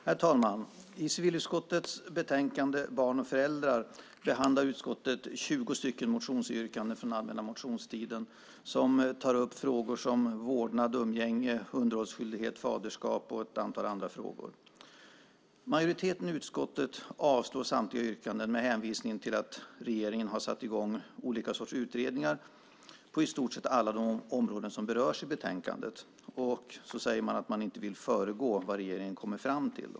Herr talman! I civilutskottets betänkande Barn och föräldrar behandlar utskottet 20 motionsyrkanden från allmänna motionstiden. De tar upp frågor om vårdnad, umgänge, underhållsskyldighet, faderskap och ett antal andra frågor. Majoriteten i utskottet avstyrker samtliga yrkanden med hänvisning till att regeringen har satt i gång olika sorters utredningar på i stort sett alla områden som berörs i betänkandet. Majoriteten vill inte föregå vad regeringen kommer fram till.